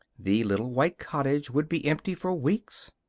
the little white cottage would be empty for weeks.